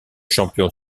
champion